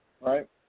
Right